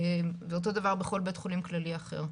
ואותו דבר בכל בית חולים כללי אחר.